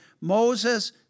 Moses